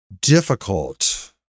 difficult